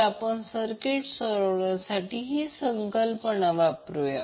तर आपण सर्किट सोडविण्यासाठी ही संकल्पना वापर करूया